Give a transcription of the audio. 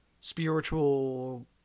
spiritual